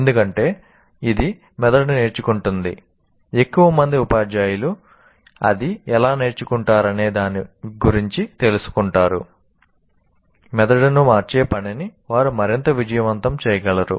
ఎందుకంటే ఇది మెదడు నేర్చుకుంటుంది ఎక్కువ మంది ఉపాధ్యాయులు అది ఎలా నేర్చుకుంటారనే దాని గురించి తెలుసుకుంటారు మెదడును మార్చే పనిని వారు మరింత విజయవంతం చేయగలరు